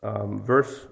verse